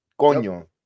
Coño